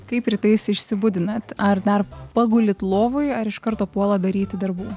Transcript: kaip rytais išsibudinat ar dar pagulit lovoj ar iš karto puolat daryti darbų